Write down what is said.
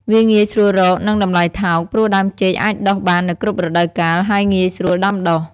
វាងាយស្រួលរក និងតម្លៃថោក ព្រោះដើមចេកអាចដុះបាននៅគ្រប់រដូវកាល ហើយងាយស្រួលដាំដុះ។